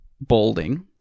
balding